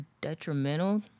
detrimental